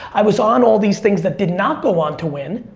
i was on all these things that did not go on to win.